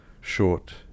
short